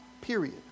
period